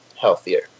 healthier